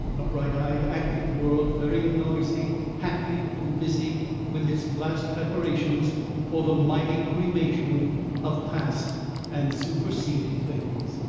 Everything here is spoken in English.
a bright-eyed, active world, very noisy, happy, and busy with its last preparations for the mighty cremation of past and superseded things.